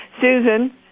Susan